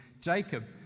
Jacob